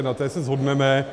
Na té se shodneme.